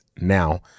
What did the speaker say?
now